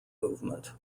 movement